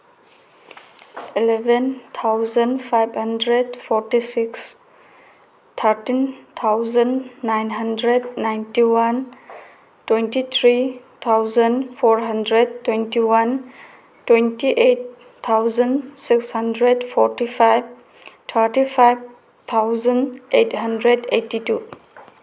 eleven thousand five hundred forty six thirteen thousand nine hundred ninety one twenty three thousand four hundred twenty one twenty eight thousand six hundred forty five thirty five thousand eight hundred eighty two